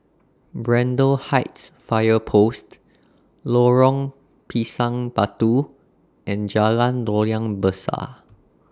Braddell Heights Fire Post Lorong Pisang Batu and Jalan Loyang Besar